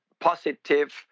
positive